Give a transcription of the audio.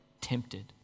tempted